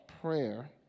prayer